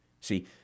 See